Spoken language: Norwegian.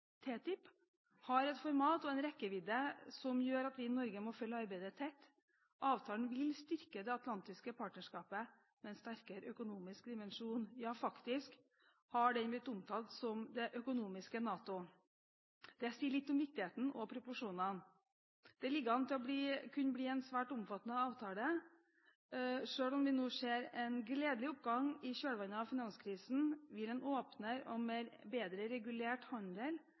et format og en rekkevidde som gjør at vi i Norge må følge arbeidet tett. Avtalen vil styrke det atlantiske partnerskapet med en sterkere økonomisk dimensjon. Ja, faktisk har den blitt omtalt som det økonomiske NATO. Det sier litt om viktigheten og proporsjonene. Det ligger an til å kunne bli en svært omfattende avtale. Selv om vi nå ser en gledelig oppgang i kjølvannet av finanskrisen, vil en åpnere og bedre regulert handel